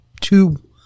two